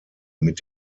mit